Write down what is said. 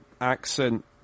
accent